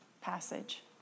passage